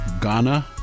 Ghana